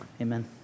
Amen